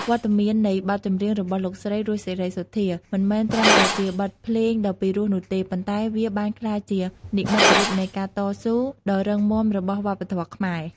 វត្តមាននៃបទចម្រៀងរបស់លោកស្រី រស់ សេរីសុទ្ធា មិនមែនត្រឹមតែជាបទភ្លេងដ៏ពីរោះនោះទេ ប៉ុន្តែវាបានក្លាយជា និមិត្តរូបនៃការតស៊ូ ដ៏រឹងមាំរបស់វប្បធម៌ខ្មែរ។